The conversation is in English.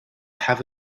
have